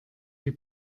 die